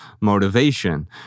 motivation